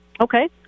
Okay